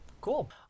Cool